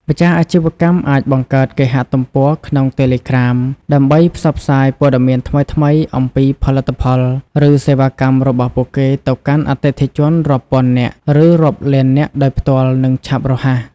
ម្ចាស់អាជីវកម្មអាចបង្កើតគេហទំព័រក្នុងតេឡេក្រាម ដើម្បីផ្សព្វផ្សាយព័ត៌មានថ្មីៗ អំពីផលិតផល ឬសេវាកម្មរបស់ពួកគេទៅកាន់អតិថិជនរាប់ពាន់នាក់ ឬរាប់លាននាក់ដោយផ្ទាល់ និងឆាប់រហ័ស។